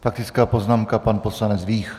Faktická poznámka, pan poslanec Vích.